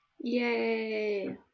Yay